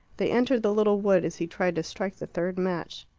they entered the little wood as he tried to strike the third match.